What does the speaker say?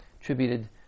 attributed